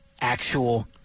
actual